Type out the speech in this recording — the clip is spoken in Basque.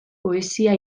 poesia